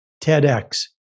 TEDx